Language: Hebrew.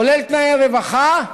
כולל תנאי רווחה,